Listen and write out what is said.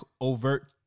overt